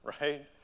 Right